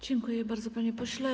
Dziękuję bardzo, panie pośle.